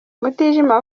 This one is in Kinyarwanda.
mutijima